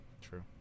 True